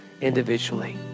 individually